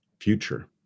future